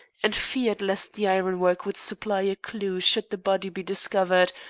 and feared lest the ironwork would supply a clue should the body be discovered,